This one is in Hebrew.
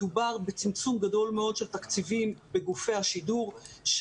מדובר בצמצום גדול מאוד של תקציבים בגופי השידור,